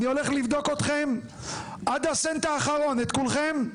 אני הולך לבדוק אתכם עד הסנט האחרון, את כולכם.